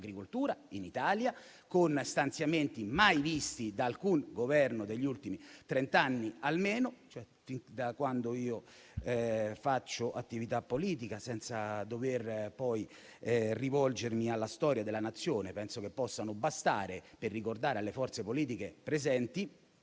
in Italia, con stanziamenti mai visti da alcun Governo degli ultimi trent'anni, o almeno da quando faccio attività politica, senza dovermi rivolgere alla storia della Nazione. Penso che possano bastare per ricordare alle forze politiche presenti